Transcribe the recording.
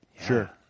Sure